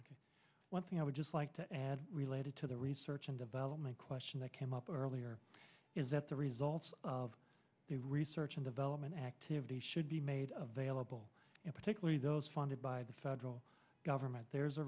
record one thing i would just like to add related to the research and development question that came up earlier is that the results of the research and development activity should be made available particularly those funded by the federal government there's a